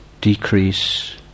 decrease